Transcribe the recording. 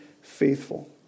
faithful